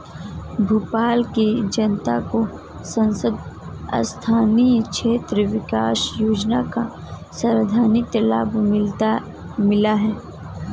भोपाल की जनता को सांसद स्थानीय क्षेत्र विकास योजना का सर्वाधिक लाभ मिला है